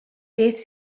beth